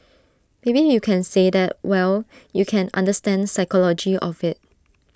maybe you can say that well you can understand psychology of IT